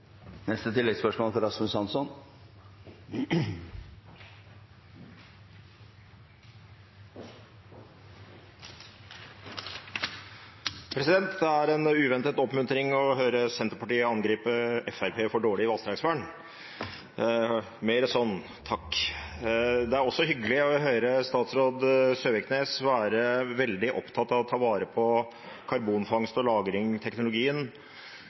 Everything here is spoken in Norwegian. Det var en uventet oppmuntring å høre Senterpartiet angripe Fremskrittspartiet for dårlig vassdragsvern. De skal ha takk! Det er også hyggelig å høre statsråd Søviknes være veldig opptatt av å ta vare på karbonfangst- og